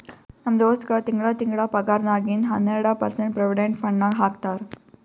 ನಮ್ ದೋಸ್ತಗ್ ತಿಂಗಳಾ ತಿಂಗಳಾ ಪಗಾರ್ನಾಗಿಂದ್ ಹನ್ನೆರ್ಡ ಪರ್ಸೆಂಟ್ ಪ್ರೊವಿಡೆಂಟ್ ಫಂಡ್ ನಾಗ್ ಹಾಕ್ತಾರ್